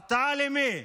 הרתעה למי?